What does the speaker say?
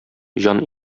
җан